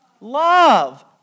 love